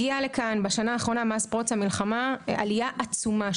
הגיע לכאן בשנה האחרונה מאז פרוץ המלחמה עלייה עצומה.